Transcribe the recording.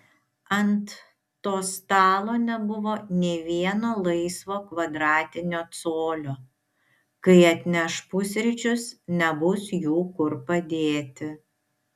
ant to stalo nebuvo nė vieno laisvo kvadratinio colio kai atneš pusryčius nebus jų kur padėti